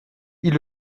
ils